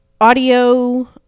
audio